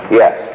yes